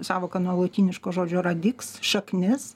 sąvoka nuo lotyniško žodžio radiks šaknis